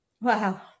Wow